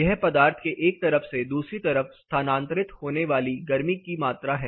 यह पदार्थ के एक तरफ से दूसरी तरफ स्थानांतरित होने वाली गर्मी की मात्रा है